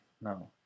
No